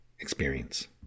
experience